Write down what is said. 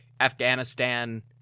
Afghanistan